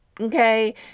Okay